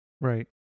Right